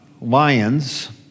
lions